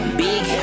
big